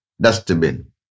dustbin